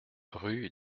rue